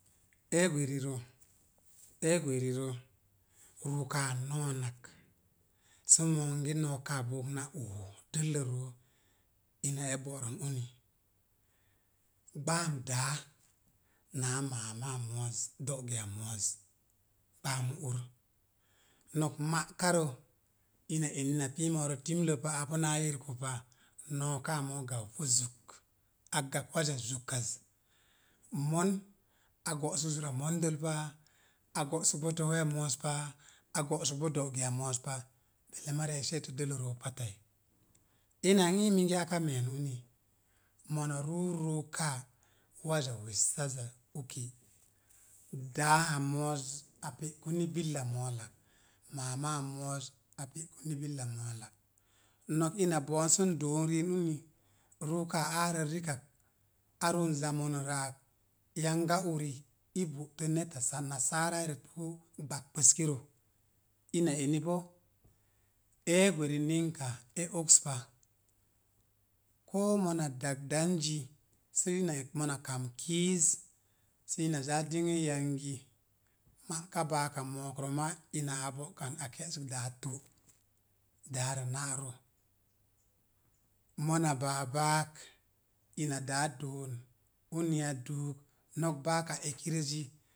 Ee gwerirə, ee gwerirə, ruukaa noonak, sə monge nookaa book na oo dəllə roo. Ina e be̱'rən uni, gbaam daa naa maama mo̱e̱z, do̱'siya mo̱e̱z gbaamu ur. Nok ma'karə, ina eni napu moorə timlə pa apu naa nirku pa, nookaa mook gappu zuk, a gakp waza zukaz. Mon a go̱'sə zura mondəl pa, a go̱'sə boo do̱o̱wiya mooz pa, a go̱'sə boo do̱'siya mooz pa belle mariya i seetə dəllə roo pat ai, ina n ii minge aka me̱e̱n uni, moona ruu ruuka waza wessazak uki daa a mooz, a pe'ku ni billa moolak, maama mooz a pe ku ni billa moolak nok ina be̱'on sən doon riin uni, ruu kaa aarə rikak a ruun zamanurə ak, yanga uri i bo'tə neta sana nasaara i rət pu gbapkupuzkirə. Ina eni boo ee gweri ninka e oks pa. Koo mona dagdanzi sə ina yəp mona kam kiiz sə ina za dingə yangi, ma'ka baaka mookrə maa ina a bo̱'kan a ke̱'sək daa tul daa rə na'ro. Mona baa baak, ina daa doon uni a duuk. Nok baak ekirə zi